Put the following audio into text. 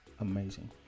amazing